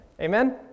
Amen